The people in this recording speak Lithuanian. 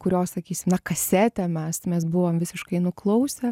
kurios sakysim na kasetę mes mes buvom visiškai nuklausę